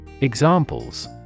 Examples